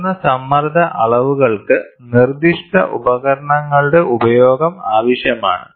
ഉയർന്ന സമ്മർദ്ദ അളവുകൾക്ക് നിർദ്ദിഷ്ട ഉപകരണങ്ങളുടെ ഉപയോഗം ആവശ്യമാണ്